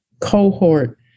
cohort